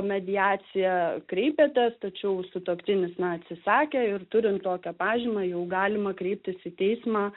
mediacija kreipėtės tačiau sutuoktinis na atsisakė ir turint tokią pažymą jau galima kreiptis į teismą